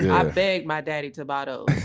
yeah i begged my daddy to but